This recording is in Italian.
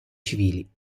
civili